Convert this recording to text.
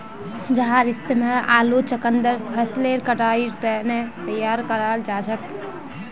जहार इस्तेमाल आलू चुकंदर फसलेर कटाईर तने तैयार कराल जाछेक